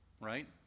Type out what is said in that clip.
right